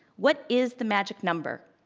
what is the magic number?